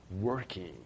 working